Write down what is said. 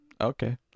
Okay